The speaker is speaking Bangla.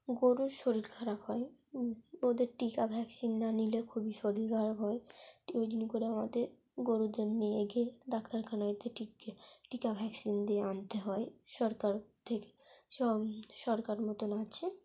গরুর শরীর খারাপ হয় ওদের টিকা ভ্যাকসিন না নিলে খুবই শরীর খারাপ হয় ওই জন্য করে আমাদের গরুদের নিয়ে গিয়ে ডাক্তারখানাতে টিকা টিকা ভ্যাকসিন দিয়ে আনতে হয় সরকার থেকে সব সরকার মতন আছে